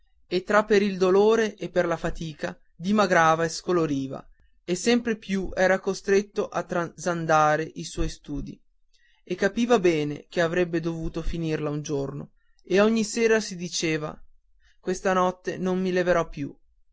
e tra per il dolore e per la fatica dimagrava e scoloriva e sempre più era costretto a trasandare i suoi studi e capiva bene che avrebbe dovuto finirla un giorno e ogni sera si diceva questa notte non mi leverò più